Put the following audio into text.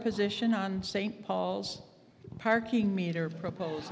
position on st paul's parking meter propos